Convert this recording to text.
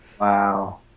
wow